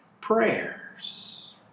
prayers